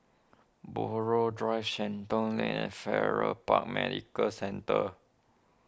Buroh Drive Shenton Lane and Farrer Park Medical Centre